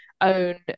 own